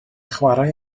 chwarae